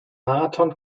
marathon